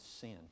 sin